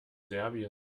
serbien